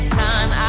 time